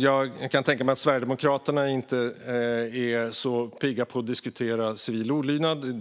Jag kan tänka mig att man inom Sverigedemokraterna inte är så pigg på att diskutera civil olydnad;